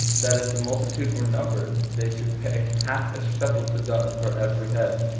that if the multitude were numbered, they should pay half a shekel to god for every head.